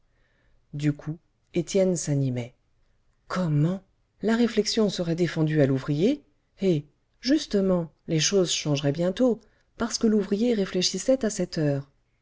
du coup étienne s'animait comment la réflexion serait défendue à l'ouvrier eh justement les choses changeraient bientôt parce que l'ouvrier réfléchissait à cette heure